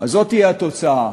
זאת תהיה התוצאה.